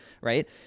right